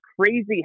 crazy